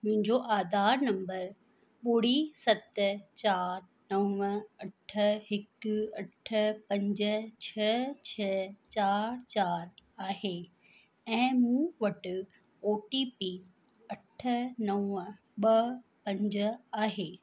मुंहिजो आधार नंबर ॿुड़ी सत चारि नव अठ हिकु अठ पंज छह छ्ह चारि चारि आहे ऐं मूं वटि ओ टी पी अठ नव ॿ पंज आहे